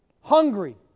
hungry